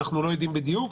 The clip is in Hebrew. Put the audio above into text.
אנחנו לא יודעים בדיוק,